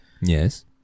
Yes